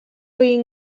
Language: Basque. egin